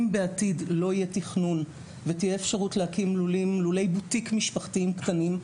אם בעתיד לא יהיה תכנון ותהיה אפשרות להקים לולי בוטיק משפחתיים קטנים,